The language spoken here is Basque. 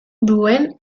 duen